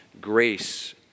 Grace